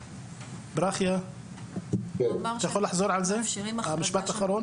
ברכיה, אתה יכול לחזור על מה שאמרת?